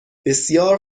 بسیار